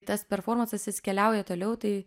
tas performansas jis keliauja toliau tai